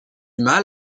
mal